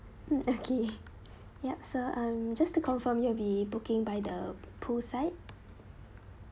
mm okay yup so um just to confirm you'll be booking by the poolside